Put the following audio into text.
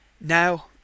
Now